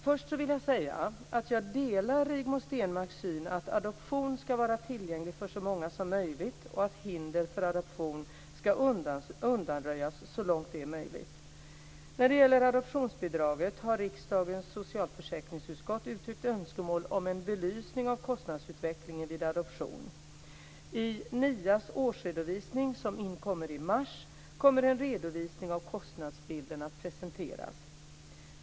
Först vill jag säga att jag delar Rigmor Stenmarks syn att adoption ska vara tillgänglig för så många som möjligt och att hinder för adoption ska undanröjas så långt det är möjligt. När det gäller adoptionsbidraget har riksdagens socialförsäkringsutskott uttryckt önskemål om en belysning av kostnadsutvecklingen vid adoption. I NIA:s årsredovisning, som inkommer i mars, kommer en redovisning av kostnadsbilden att presenteras.